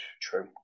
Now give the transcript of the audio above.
True